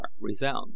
resound